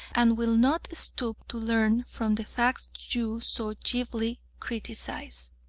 and will not stoop to learn from the facts you so glibly criticise.